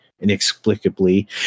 inexplicably